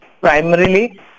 primarily